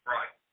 Right